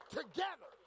together